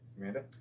Amanda